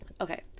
okay